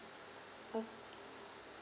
okay